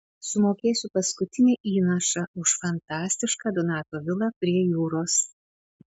sumokėsiu paskutinį įnašą už fantastišką donato vilą prie jūros